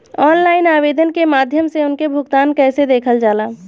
Online आवेदन के माध्यम से उनके भुगतान कैसे देखल जाला?